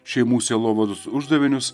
šeimų sielovados uždavinius